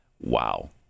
Wow